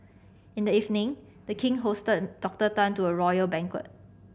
in the evening The King hosted Doctor Tan to a royal banquet